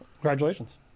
Congratulations